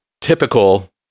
typical